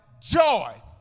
joy